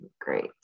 great